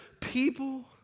people